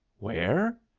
where?